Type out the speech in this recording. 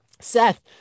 Seth